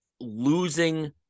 losing